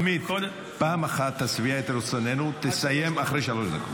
עמית: פעם אחת תשביע את רצוננו ותסיים אחרי שלוש דקות.